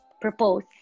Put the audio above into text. propose